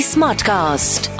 Smartcast